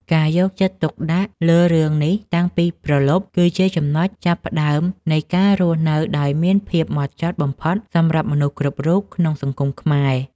ការយកចិត្តទុកដាក់លើរឿងនេះតាំងពីព្រលប់ គឺជាចំណុចចាប់ផ្តើមនៃការរស់នៅដោយមានភាពហ្មត់ចត់បំផុតសម្រាប់មនុស្សគ្រប់រូបក្នុងសង្គមខ្មែរ។